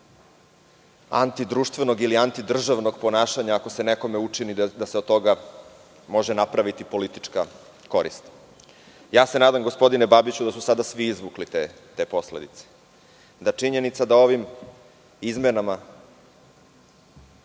anti-društvenog ili antidržavnog ponašanja ako se nekome učini da se od toga može napraviti politička korist. Nadam se gospodine Babiću, da su sada svi izvukli te posledice, da činjenica, da ovim izmenama